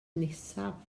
nesaf